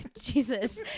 Jesus